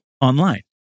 online